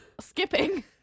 skipping